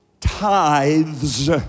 tithes